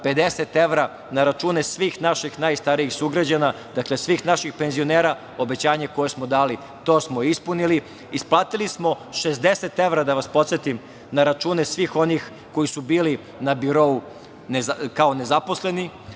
50 evra na račune svih naših najstarijih sugrađana, dakle, svih naših penzionera, obećanje koje smo dali to smo i ispunili. Isplatili smo 60 evra, da vas podsetim na račune svih onih koji su bili na birou kao nezaposleni.